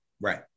right